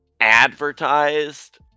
advertised